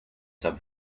san